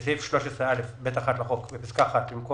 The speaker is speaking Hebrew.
בסעיף 13א(ב)(1) לחוק בפסקה (1) במקום